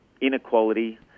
inequality